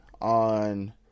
on